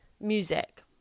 music